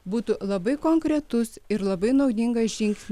būtų labai konkretus ir labai naudingas žingsnis